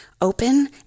open